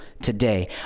today